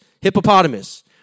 Hippopotamus